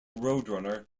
roadrunner